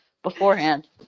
Beforehand